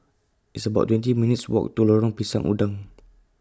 It's about twenty minutes' Walk to Lorong Pisang Udang